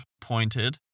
pointed